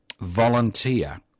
volunteer